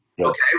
Okay